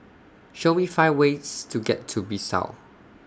Show Me five ways to get to Bissau